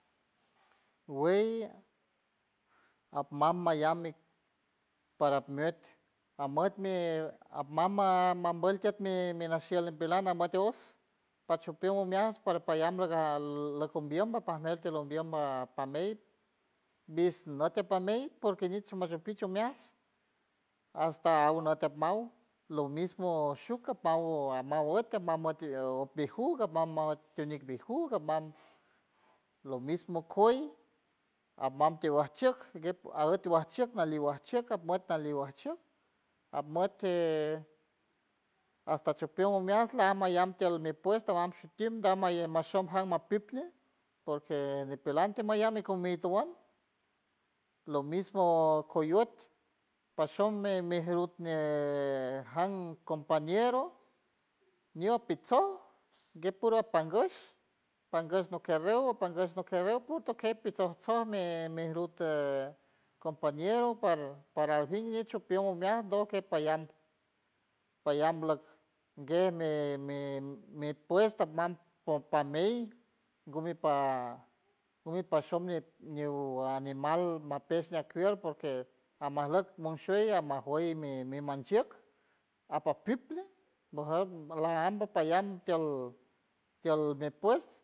Wey apmam mayan mi para met amotmi amama mambolt tietld mi mi nashiel en velana meateos pachupiold umias para payam laga locom biolmo pamey tilombiold pamey vis noten pamey porque ñist machupichu meats hasta agua natean mawt lo mismo shuca mawa mawete mamation mi juga mamaw ti uñin mi juga mam lo mismo cuey amam tigual chiokj guet aguet ti gual chietj naligua chielt camiet naligua chield atmot tii hasta chipiomd umial leaman yam tiald mi puesto adam shutiend dama yem mashom jam mapitmie porque ni peland tie mayam mi comid tuwand lo mismo coyot pashom me mijerut mee mejam compañero niu a pitso guet puro apangosh pangosh nokerreiro pangosh nokerier putuo que aket soy mi mi rute compañero par para jimi micho chupiom umiaw dog gue payam payam lok gue mi mi mipuesta mam pum pamey gumi pa gumi pashowle ñiu animal mapes macriar porque amarlok munshiold amar jueir mi mi manchiek apa piple mojieur lajambo payam tiold tiold mi pues.